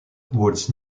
was